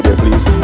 please